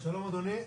שלום אדוני,